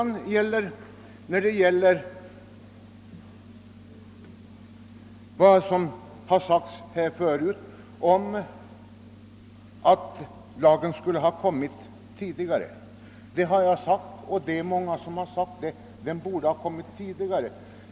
Både jag och många andra har framhållit att den nu föreslagna lagen borde ha införts tidigare.